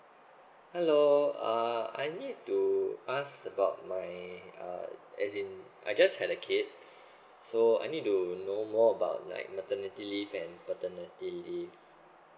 hello uh I need to ask about my uh as in I just had a kid so I need to know more about like maternity leave and paternity leave